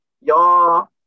y'all